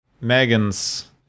megan's